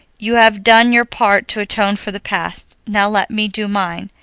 you have done your part to atone for the past, now let me do mine.